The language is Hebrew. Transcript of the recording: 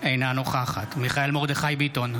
אינה נוכחת מיכאל מרדכי ביטון,